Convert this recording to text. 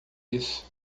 isso